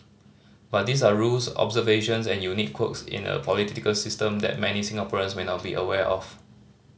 but these are rules observations and unique quirks in a political system that many Singaporeans may not be aware of